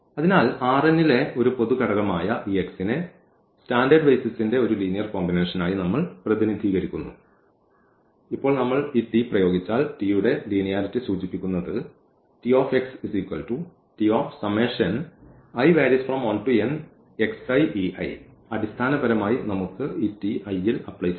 അതിനാൽ ലെ ഒരു പൊതു ഘടകമായ ഈ x നെ ആ സ്റ്റാൻഡേർഡ് ബെയ്സിസിന്റെ ഒരു ലീനിയർ കോമ്പിനേഷനായി നമ്മൾ പ്രതിനിധീകരിക്കുന്നു ഇപ്പോൾ നമ്മൾ ഈ T പ്രയോഗിച്ചാൽ T യുടെ ലീനിയാരിറ്റി സൂചിപ്പിക്കുന്നത് അടിസ്ഥാനപരമായി നമുക്ക് ഈ T i യിൽ അപ്ലൈ ചെയ്യാം